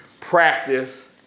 practice